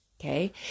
Okay